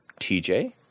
TJ